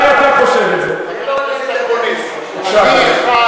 רק בגלל שחצנות, רק בגלל,